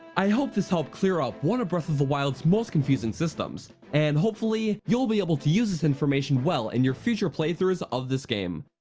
i hope this helped clear up one of breath of the wilds most confusing systems, and hopefully you'll be able to use this information well in and your future playthroughs of this game.